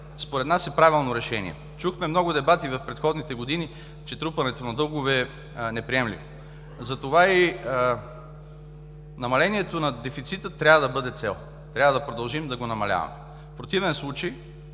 според нас е правилно решение. Чухме много дебати в предходните години, че трупането на дългове е неприемливо. Затова и намалението на дефицита трябва да бъде цел, трябва да продължим да го намаляваме. В противен случай